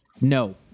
no